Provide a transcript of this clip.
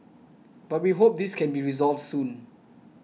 but we hope this can be resolved soon